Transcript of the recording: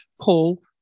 Paul